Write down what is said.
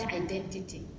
identity